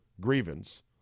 grievance